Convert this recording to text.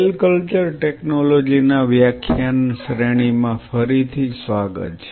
cell culture technology ના વ્યાખ્યાન શ્રેણીમાં ફરી થી સ્વાગત છે